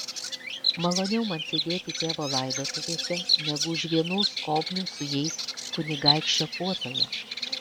maloniau man sėdėti tėvo laidotuvėse negu už vienų skobnių su jais kunigaikščio puotoje